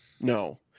No